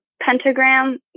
pentagram